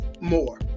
more